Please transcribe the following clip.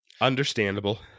understandable